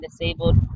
disabled